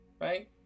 right